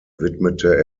widmete